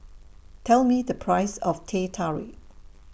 Tell Me The Price of Teh Tarik